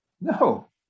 No